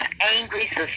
angry